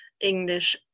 English